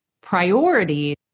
priority